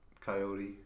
coyote